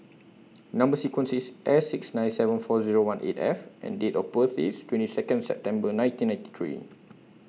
Number sequence IS S six nine seven four Zero one eight F and Date of birth IS twenty Second September nineteen ninety three